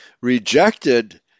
rejected